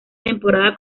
temporada